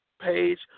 page